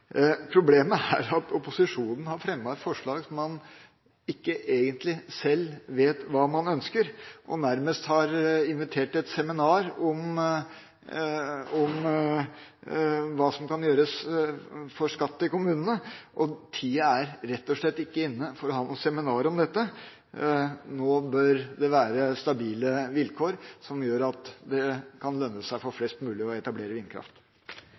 Problemet er at opposisjonen har fremmet et forslag der man ikke egentlig vet sjøl hva man ønsker, og nærmest invitert til et seminar om hva som kan gjøres for å få skatt til kommunene. Tiden er rett og slett ikke inne for å ha noe seminar om dette. Nå bør det være stabile vilkår som gjør at det kan lønne seg for flest mulig å etablere vindkraft.